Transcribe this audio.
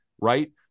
right